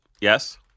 Yes